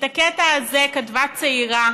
את הקטע הזה כתבה צעירה